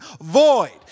void